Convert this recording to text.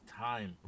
time